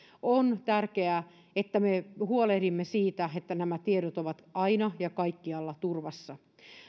on tärkeää että me huolehdimme siitä että nämä tiedot ovat aina ja kaikkialla turvassa